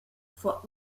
for